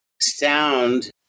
sound